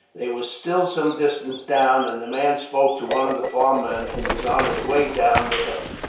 they were still some distance down, and the man spoke to one of the farm men who was on his way down the hill.